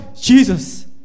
jesus